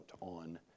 on